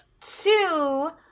two